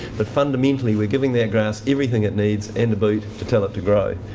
but, fundamentally, we're giving that grass everything it needs, and a boost, to tell it to grow.